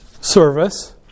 service